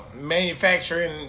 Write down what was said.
manufacturing